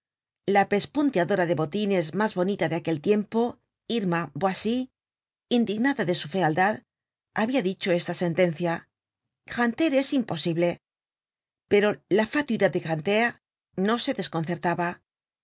la pespunteadnra de botines mas bonita de aquel tiempo irma boissy indignada de su fealdad habia dicho esta sentencia grantaire es imposible pero la fatuidad de grantaire no se desconcertaba